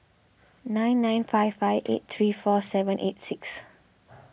nine nine five five eight three four seven eight six